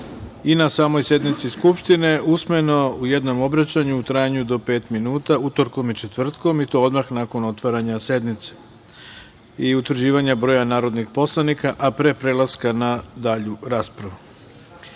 i na samoj sednici Skupštine usmeno u jednom obraćanju u trajanju do pet minuta, utorkom i četvrtkom i to odmah nakon otvaranja sednice i utvrđivanja broja narodnih poslanika, a pre prelaska na dalju raspravu. Pošto